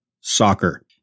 soccer